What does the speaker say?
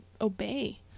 obey